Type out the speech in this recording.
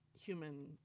human